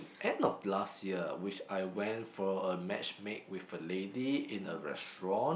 end of last year which I went for a matchmake with a lady in a restaurant